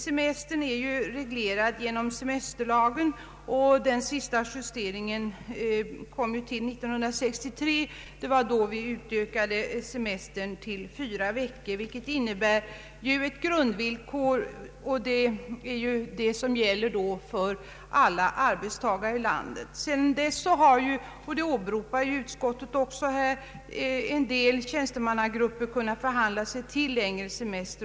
Semestern regleras genom semesterlagen, som senast justerades 1963, då semestern utökades till fyra veckor. Sedan dess har, vilket utskottet också åberopar, en del tjänstemannagrupper kunnat förhandla sig till längre semester.